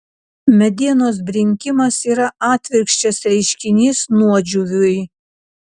medienos brinkimas yra atvirkščias reiškinys nuodžiūviui